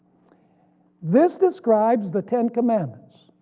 this describes the ten commandments,